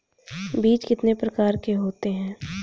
बीज कितने प्रकार के होते हैं?